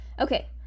Okay